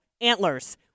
Antlers